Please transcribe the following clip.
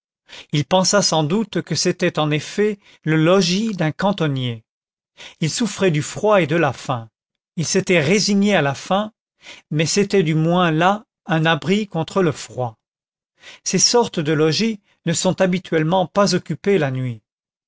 il pensa sans doute que c'était en effet le logis d'un cantonnier il souffrait du froid et de la faim il s'était résigné à la faim mais c'était du moins là un abri contre le froid ces sortes de logis ne sont habituellement pas occupés la nuit